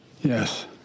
Yes